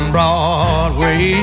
Broadway